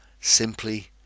simply